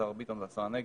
השר ביטון והשר הנגבי,